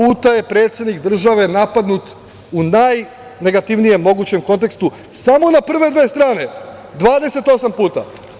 Dvadeset osam puta je predsednik države napadnut u najnegativnijem mogućem kontekstu, samo na prve dve strane, 28 puta.